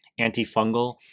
antifungal